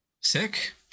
Sick